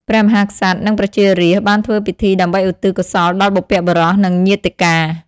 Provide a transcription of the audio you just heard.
ព្រះមហាក្សត្រ និងប្រជារាស្ត្របានធ្វើពិធីដើម្បីឧទ្ទិសកុសលដល់បុព្វបុរស និងញាតិកា។